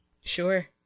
Sure